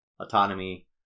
autonomy